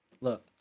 look